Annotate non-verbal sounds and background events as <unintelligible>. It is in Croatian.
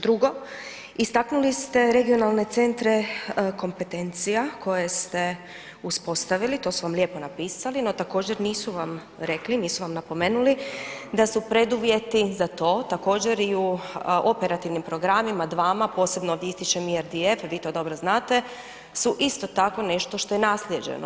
Drugo, istaknuli ste regionalne centre kompetencija, koje ste uspostavili, to su vam lijepo napisali, no također nisu vam rekli, nisu vam napomenuli, da su preduvjeti, za to, također i u operativnim programima, dvama, posebno ističem … <unintelligible> a vi to dobro znate, su isto tako, nešto što je naslijeđeno.